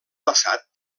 passat